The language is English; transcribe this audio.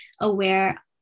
aware